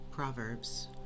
Proverbs